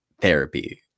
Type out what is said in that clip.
therapy